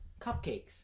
Cupcakes